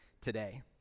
today